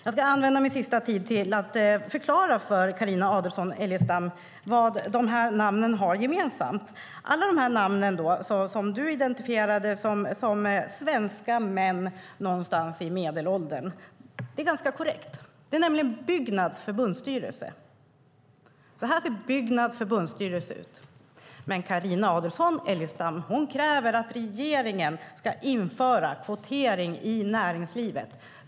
Jag ska använda min sista replik till att förklara för Carina Adolfsson Elgestam vad de här namnen har gemensamt. Du identifierade alla som svenska män någonstans i medelåldern, och det är ganska korrekt. Det är nämligen Byggnads förbundsstyrelse. Så här ser Byggnads förbundsstyrelse ut. Men Carina Adolfsson Elgestam kräver att regeringen ska införa kvotering i näringslivet.